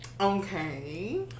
Okay